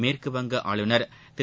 மேற்குவங்க ஆளுநர் திரு